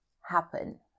happen